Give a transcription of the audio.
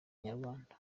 inyarwanda